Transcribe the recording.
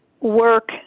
work